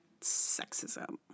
Sexism